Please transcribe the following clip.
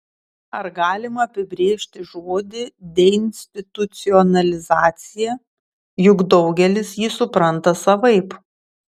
ar galima apibrėžti žodį deinstitucionalizacija juk daugelis jį supranta savaip